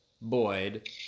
Boyd